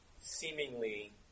seemingly